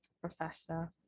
Professor